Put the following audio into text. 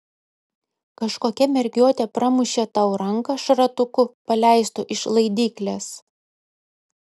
kažkokia mergiotė pramušė tau ranką šratuku paleistu iš laidyklės